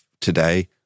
today